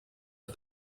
are